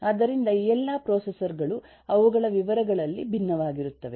ಆದ್ದರಿಂದ ಈ ಎಲ್ಲಾ ಪ್ರೊಸೆಸರ್ ಗಳು ಅವುಗಳ ವಿವರಗಳಲ್ಲಿ ಭಿನ್ನವಾಗಿರುತ್ತವೆ